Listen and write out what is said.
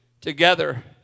together